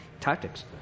tactics